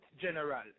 general